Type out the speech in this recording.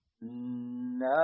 No